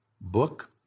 book